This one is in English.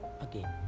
again